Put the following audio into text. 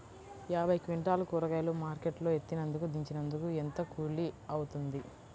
యాభై క్వింటాలు కూరగాయలు మార్కెట్ లో ఎత్తినందుకు, దించినందుకు ఏంత కూలి అవుతుంది?